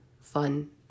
fun